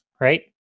Right